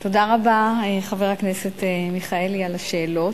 תודה רבה, חבר הכנסת מיכאלי, על השאלות.